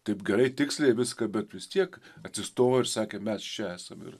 taip gerai tiksliai viską bet vis tiek atsistojo ir sakė mes čia esam ir